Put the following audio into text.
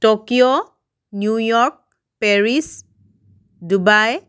Tokyo New York Paris Dubai